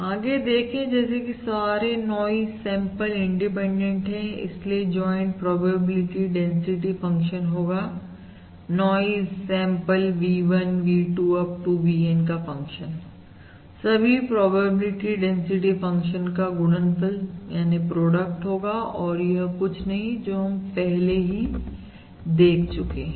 आगे देखें जैसे कि सारे नॉइज सैंपल इंडिपेंडेंट है इसलिए ज्वाइंट प्रोबेबिलिटी डेंसिटी फंक्शन होगा noise sample V1 V2 Up to VN का फंक्शन सभी प्रोबेबिलिटी डेंसिटी फंक्शन का गुणनफल होगा और यह कुछ जो हम पहले ही देख चुके हैं